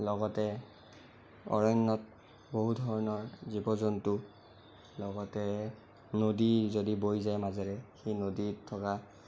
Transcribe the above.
লগতে অৰণ্যত বহু ধৰণৰ জীৱ জন্তু লগতে নদী যদি বৈ যায় মাজেৰে সেই নদীত থকা